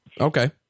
Okay